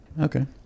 Okay